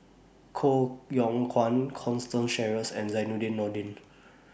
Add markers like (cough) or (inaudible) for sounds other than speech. Koh Yong Guan Constance Sheares and Zainudin Nordin (noise)